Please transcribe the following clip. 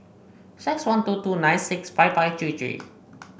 six one two two nine six five five three three